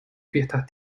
fiestas